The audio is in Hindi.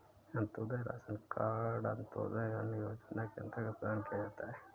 अंतोदय राशन कार्ड अंत्योदय अन्न योजना के अंतर्गत प्रदान किया जाता है